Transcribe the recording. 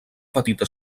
petita